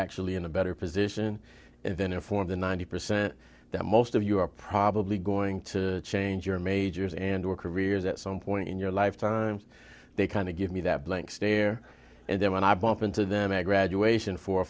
actually in a better position and then inform the ninety percent that most of you are probably going to change your majors and were careers at some point in your life times they kind of give me that blank stare and then when i bump into them at graduation four or